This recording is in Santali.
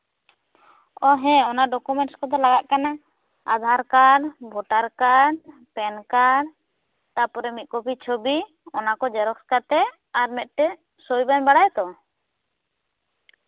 ᱚ ᱦᱮᱸ ᱚᱱᱟ ᱰᱚᱠᱳᱢᱮᱱᱴᱥ ᱠᱚᱫᱚ ᱞᱟᱜᱟᱜ ᱠᱟᱱᱟ Aadhaar card voter card PAN card ᱛᱟᱨᱯᱚᱨᱮ ᱢᱤᱫᱠᱚᱯᱤ ᱪᱷᱚᱵᱤ ᱚᱱᱟ ᱠᱚ ᱡᱮᱨᱚᱠᱥ ᱠᱟᱛᱮᱜ ᱟᱨ ᱢᱤᱫᱴᱮᱡ ᱥᱳᱭ ᱵᱮᱱ ᱵᱟᱲᱟᱭᱟᱛᱚ